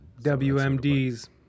wmds